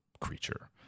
creature